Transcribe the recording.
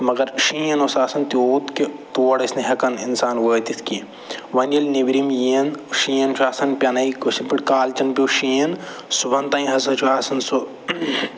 مگر شیٖن اوس آسان تیوٗت کہِ تور ٲسۍ نہٕ ہٮ۪کان اِنسان وٲتِتھ کیٚنہہ وَنۍ ییٚلہِ نیبرِم یِیَن شیٖن چھُ آسان پٮ۪نَے کٲشِر پٲٹھۍ کالچَن پیوٚو شیٖن صُبحَن تام ہَسا چھُ آسان سُہ